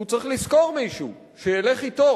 הוא צריך לשכור מישהו שילך אתו